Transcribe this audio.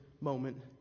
moment